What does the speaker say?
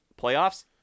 Playoffs